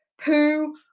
poo